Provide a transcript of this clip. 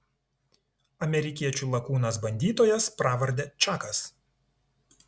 amerikiečių lakūnas bandytojas pravarde čakas